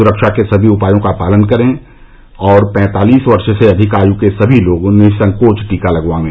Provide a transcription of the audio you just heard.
सुरक्षा के सभी उपायों का पालन करें और पैंतालीस वर्ष से अधिक आयु के सभी लोग निःसंकोच टीका लगवाएं